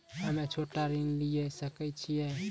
हम्मे छोटा ऋण लिये सकय छियै?